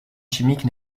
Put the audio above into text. chimique